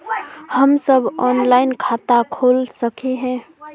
हम सब ऑनलाइन खाता खोल सके है?